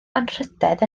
anrhydedd